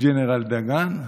general Dagan,